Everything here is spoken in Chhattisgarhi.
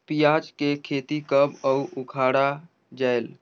पियाज के खेती कब अउ उखाड़ा जायेल?